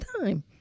time